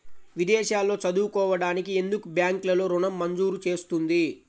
విదేశాల్లో చదువుకోవడానికి ఎందుకు బ్యాంక్లలో ఋణం మంజూరు చేస్తుంది?